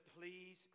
please